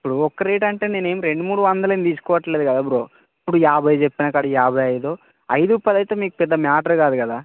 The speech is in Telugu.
ఇప్పుడు ఒక రేట్ అంటే నేను ఏమి రెండు మూడు వందలేమి తీసుకోవట్లేదు కదా బ్రో ఇప్పుడు యాభై చెప్పిన కాడికి యాభై ఐదో ఐదు పది అయితే మీకు పెద్ద మ్యాటర్ కాదు గదా